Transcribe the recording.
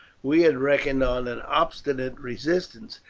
we had reckoned on an obstinate resistance,